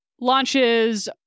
Launches